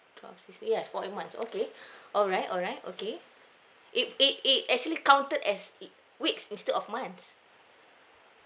twelve sixteen yes for the months okay all right all right okay it it it actually counted as uh weeks instead of months